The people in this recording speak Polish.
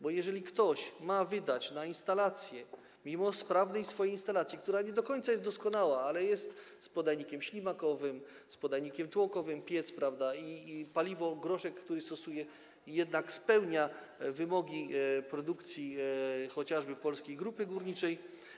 Bo, jeżeli ktoś ma wydać na instalację, mimo sprawnej swojej instalacji, która nie do końca jest doskonała, ale jest to piec z podajnikiem ślimakowym, z podajnikiem tłokowym i paliwo, groszek, który stosuje, jednak spełnia wymogi produkcji, chociażby Polskiej Grupy Górniczej.